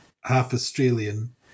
half-Australian